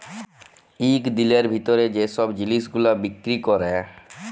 ইক দিলের ভিতরে যে ছব জিলিস গুলা বিক্কিরি ক্যরে